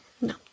No